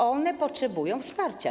One potrzebują wsparcia.